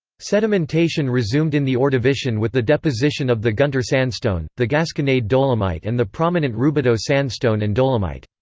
sedimentation resumed in the ordovician with the deposition of the gunter sandstone, the gasconade dolomite and the prominent roubidoux sandstone and dolomite.